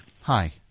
Hi